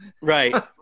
right